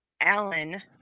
Alan